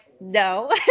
no